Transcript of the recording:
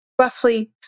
roughly